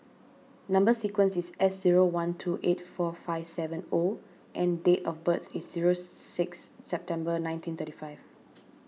Number Sequence is S zero one two eight four five seven O and date of birth is zero six September nineteen thirty five